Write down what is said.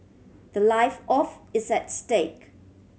the life of is at stake